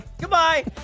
Goodbye